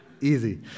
Easy